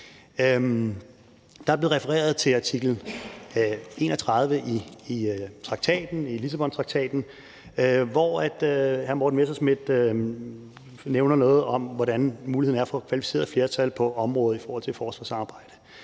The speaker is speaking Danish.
Der blev refereret til artikel 31 i Lissabontraktaten, og hr. Morten Messerschmidt nævner noget om, hvordan muligheden er for et kvalificeret flertal på området i forhold til et forsvarssamarbejde.